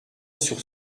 sur